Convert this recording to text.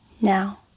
Now